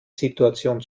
situation